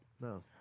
No